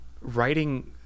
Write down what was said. writing